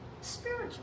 spiritual